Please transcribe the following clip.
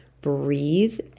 breathe